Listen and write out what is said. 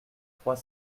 trois